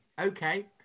okay